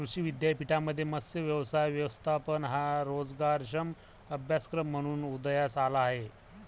कृषी विद्यापीठांमध्ये मत्स्य व्यवसाय व्यवस्थापन हा रोजगारक्षम अभ्यासक्रम म्हणून उदयास आला आहे